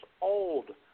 old